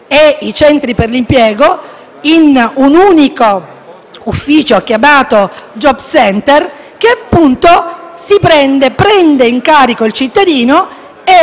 e i centri per l'impiego in un unico ufficio chiamato *job center*, che prende in carico il cittadino